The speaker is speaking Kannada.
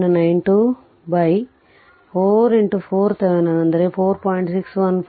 9 2 ಬೈ 4 4 RThevenin ಅಂದರೆ 4